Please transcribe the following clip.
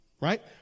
right